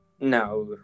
No